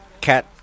cat